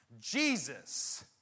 Jesus